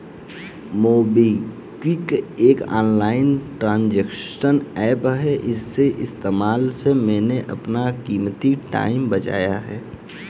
MobiKwik एक online transaction app है इसके इस्तेमाल से मैंने अपना कीमती टाइम बचाया है